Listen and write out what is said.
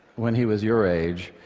when he was your age,